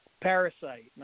Parasite